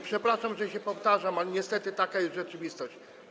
Przepraszam, że się powtarzam, ale niestety taka jest rzeczywistość.